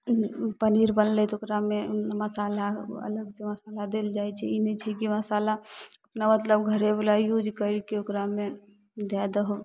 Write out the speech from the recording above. पनीर बनलै तऽ ओकरामे मसाला अलगसे मसाला देल जाइ छै ई नहि छै कि मसाला मतलब घरेवला यूज करिके ओकरामे दै दहो